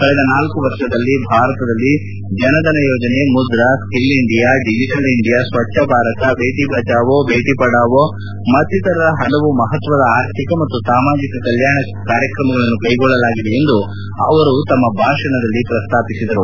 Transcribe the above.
ಕಳೆದ ನಾಲ್ಕು ವರ್ಷದಲ್ಲಿ ಭಾರತದಲ್ಲಿ ಜನಧನ್ ಯೋಜನೆ Mudra skill India digital India Swachh Bharat Beti Bachao Beti Padhao ಮತ್ತಿತರ ಹಲವು ಮಹತ್ವದ ಆರ್ಥಿಕ ಮತ್ತು ಸಾಮಾಜಿಕ ಕಲ್ಕಾಣ ಕಾರ್ಯಕ್ರಮಗಳನ್ನು ಕೈಗೊಳ್ಳಲಾಗಿದೆ ಎಂದು ಅವರು ತಮ್ಮ ಭಾಷಣದಲ್ಲಿ ಪ್ರಸ್ತಾಪಿಸಿದರು